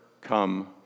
come